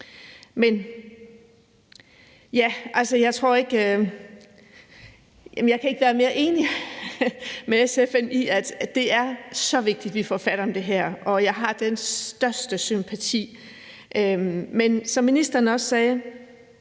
Jeg kan ikke være mere enig med SF i, at det er så vigtigt, at vi får fat om det her, og jeg har den største sympati for det. Men som ministeren også sagde,